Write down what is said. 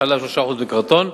חלב 3% בקרטון,